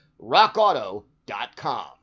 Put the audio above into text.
rockauto.com